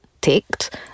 ticked